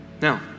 Now